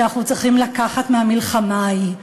שאנחנו צריכים לקחת מהמלחמה ההיא,